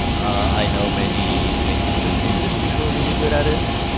i know many many people in the industry who are really good at it.